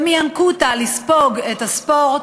ומינקותא לספוג את הספורט,